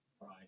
Right